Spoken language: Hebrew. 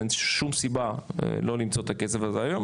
אין שום סיבה לא למצוא את הכסף הזה היום,